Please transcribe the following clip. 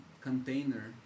container